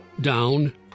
Down